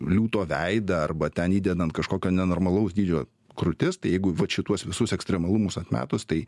liūto veidą arba ten įdedant kažkokio nenormalaus dydžio krūtis tai jeigu vat šituos visus ekstremalumus atmetus tai